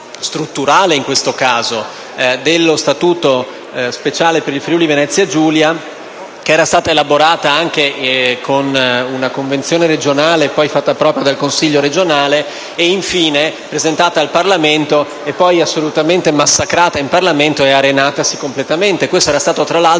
strutturale in questo caso, dello Statuto speciale per il Friuli-Venezia Giulia, elaborata anche con una convenzione regionale, poi fatta propria dal Consiglio regionale e infine presentata al Parlamento e poi assolutamente massacrata in Parlamento e arenatasi completamente. Questo era stato, tra l'altro,